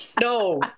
no